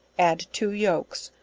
add two yolks,